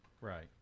Right